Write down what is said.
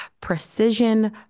precision